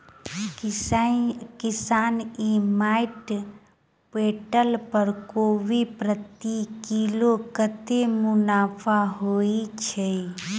किसान e mart portal पर कोबी प्रति किलो कतै मुनाफा होइ छै?